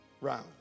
round